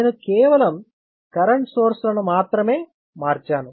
నేను కేవలం current source లను మాత్రమే మార్చాను